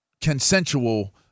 consensual